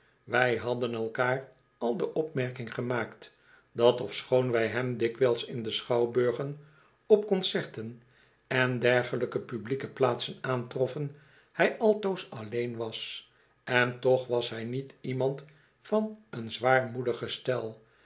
wij hadden elkaar al de opmerking gemaakt dat ofschoon wij hem dikwijls in de schouwburgen op concerten en dergelijke publieke plaatsen aantroffen hij altoos alleen was en toch was hij niet iemand van een zwaarmoedig gestel